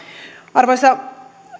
arvoisa